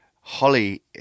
Holly